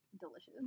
delicious